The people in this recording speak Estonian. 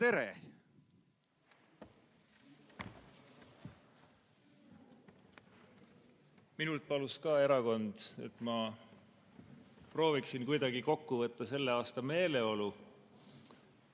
Tere-tere! Minult palus ka erakond, et ma prooviksin kuidagi kokku võtta selle aasta meeleolu.